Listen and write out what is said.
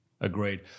agreed